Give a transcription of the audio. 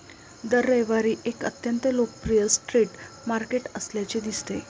दर रविवारी एक अत्यंत लोकप्रिय स्ट्रीट मार्केट असल्याचे दिसते